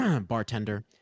bartender